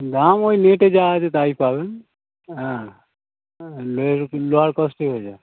দাম ওই নেটে যা আছে তাই পাবেন হ্যাঁ লেয়ারে কি লোয়ার কস্টেই হয়ে যাবে